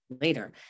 later